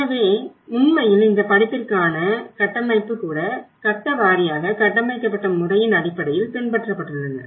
எனவே உண்மையில் இந்த படிப்பிற்கான கட்டமைப்பு கூட கட்ட வாரியாக கட்டமைக்கப்பட்ட முறையின் அடிப்படையில் பின்பற்றப்பட்டுள்ளன